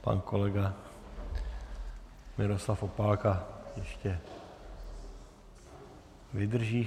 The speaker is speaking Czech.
Pan kolega Miroslav Opálka ještě vydrží.